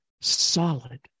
Solid